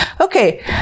okay